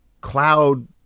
cloud